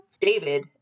David